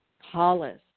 Hollis